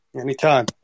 Anytime